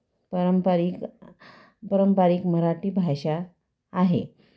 पारंपरिक पारंपरिक मराठी भाषा आहे